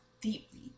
deeply